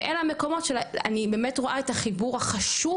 ואלה המקומות שאני באמת רואה את החיבור החשוב